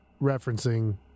referencing